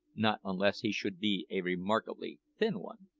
not unless he should be a remarkably thin one.